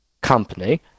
company